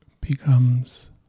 becomes